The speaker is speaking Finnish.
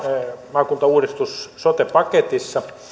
maakuntauudistus sote paketista